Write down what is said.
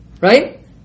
Right